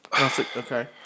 Okay